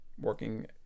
working